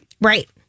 Right